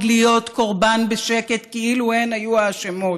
להיות קורבן בשקט כאילו הן היו האשמות,